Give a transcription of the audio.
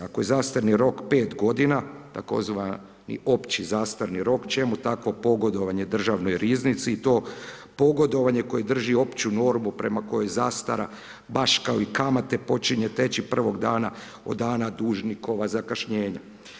Ako je zastrani rok 5 g. tzv. i opći zastarni rok, čemu takvo pogodovanje državnoj riznici i to pogodovanje koje drži opću normu, prema kojoj zastara baš kao i kamate počinju teći prvog dana od dana dužnikova zakašnjenja.